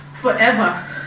forever